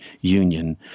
union